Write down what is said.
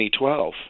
2012